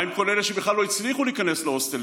מה עם כל אלה שבכלל לא הצליחו להיכנס להוסטלים?